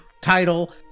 title